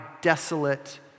desolate